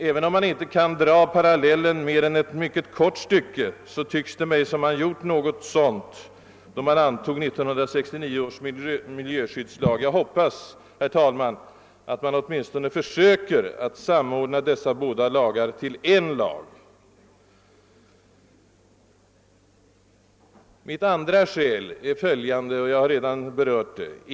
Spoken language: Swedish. även om man inte kan dra parallellen mer än ett mycket kort stycke, tycks det mig som om man gjort någonting sådant, då man antog 1969 års miljöskyddslag. Jag hoppas, herr talman, att man åtminstone försöker att samordna dessa båda lagar till en lag. Mitt andra skäl för bifall till motionen har jag redan berört och är följande.